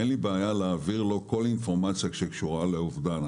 אין לי בעיה להעביר לו כל אינפורמציה שקשורה לאובדן,